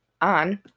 on